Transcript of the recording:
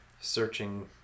searching